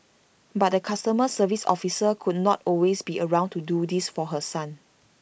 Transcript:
but the customer service officer could not always be around to do this for her son